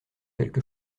quelque